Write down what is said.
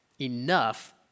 Enough